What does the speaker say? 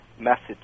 Message